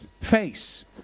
face